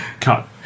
Cut